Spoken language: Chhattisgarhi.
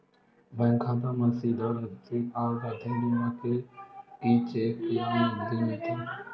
बैंक खाता मा सीधा राशि आ जाथे बीमा के कि चेक या नकदी मिलथे?